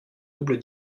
double